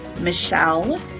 Michelle